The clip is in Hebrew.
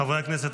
חברי הכנסת,